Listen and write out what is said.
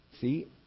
See